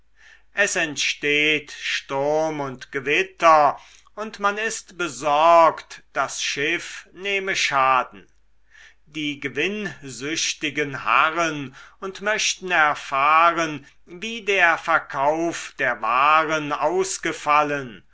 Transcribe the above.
es entsteht sturm und gewitter und man ist besorgt das schiff nehme schaden die gewinnsüchtigen harren und möchten erfahren wie der verkauf der waren ausgefallen